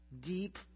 Deep